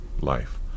life